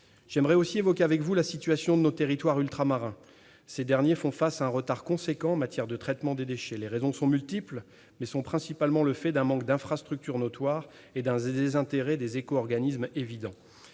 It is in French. J'aimerais aussi évoquer avec vous la situation de nos territoires ultramarins. Ces derniers font face à un retard important en matière de traitement des déchets. Les raisons sont multiples, mais tiennent principalement à un manque d'infrastructures notoire et à un désintérêt évident des éco-organismes.